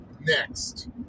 next